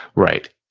right.